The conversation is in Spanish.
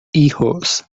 hijos